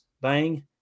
Bang